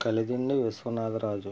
Kalidindi Viswanatharaju